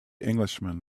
englishman